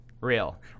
Real